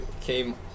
came